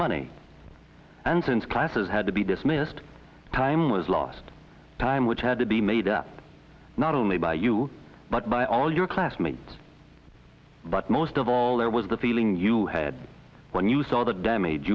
money and since classes had to be dismissed time was lost time which had to be made up not only by you but by all your classmates but most of all there was the feeling you had when you saw the damage